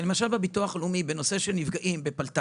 בביטוח לאומי בנושא של פלת"ד